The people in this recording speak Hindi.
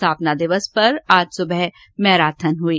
स्थापना दिवस पर आज सुबह मैराथन हुई